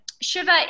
shiva